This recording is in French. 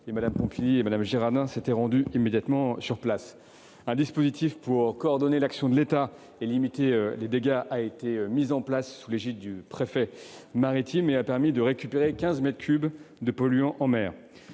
Mmes Pompili et Girardin s'étaient rendues immédiatement sur place. Un dispositif pour coordonner l'action de l'État et limiter les dégâts a été mis en place sous l'égide du préfet maritime, ce qui a permis de récupérer quinze mètres cubes de polluants en mer.